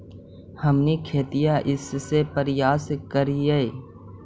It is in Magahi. हमनी खेतीया कइसे परियास करियय?